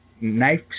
knife